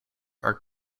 are